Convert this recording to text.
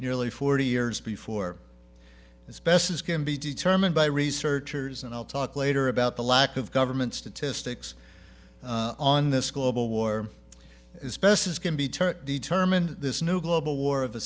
nearly forty years before as best as can be determined by researchers and i'll talk later about the lack of government statistics on this global war as best as can be turret determined this new global war